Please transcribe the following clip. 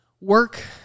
work